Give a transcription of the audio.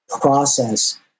process